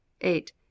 eight